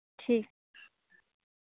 ᱴᱷᱤᱠ